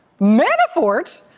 manafort?